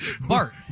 Bart